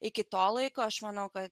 iki to laiko aš manau kad